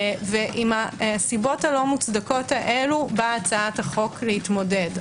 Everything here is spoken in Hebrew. עם הנסיבות הלא מוצדקות האלה באה הצעת החוק להתמודד.